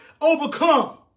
overcome